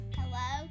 hello